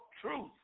truth